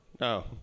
No